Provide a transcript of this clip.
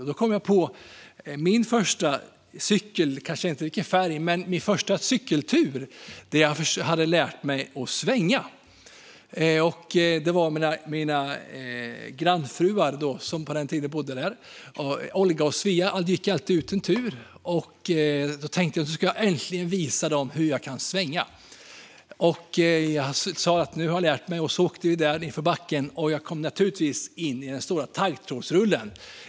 Jag minns kanske inte färgen på min första cykel, men jag minns min första cykeltur när jag hade lärt mig att svänga. Olga och Svea, grannfruarna där jag bodde, gick alltid ut en tur. Då tänkte jag: Nu ska jag äntligen visa dem att jag kan svänga. Jag sa att jag hade lärt mig, och så åkte jag nedför backen och hamnade naturligtvis i den stora taggtrådsrullen.